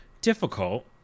difficult